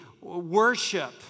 worship